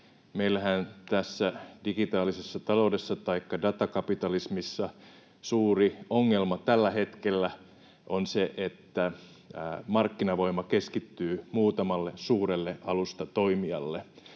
Meillähän tässä digitaalisessa taloudessa taikka datakapitalismissa suuri ongelma tällä hetkellä on se, että markkinavoima keskittyy muutamalle suurelle alustatoimijalle,